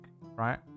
right